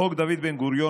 חוק דוד בן-גוריון,